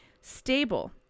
stable